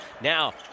Now